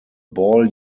ball